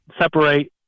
separate